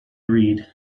read